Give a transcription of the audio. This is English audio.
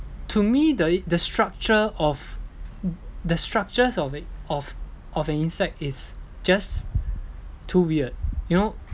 to me the the structure of the structures of it of of an insect is just too weird you know